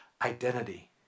identity